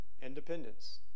independence